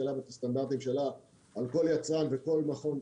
שלה ואת הסטנדרטים שלה על כל יצרן וכל מכון.